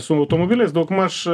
su automobiliais daugmaž